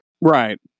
Right